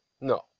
No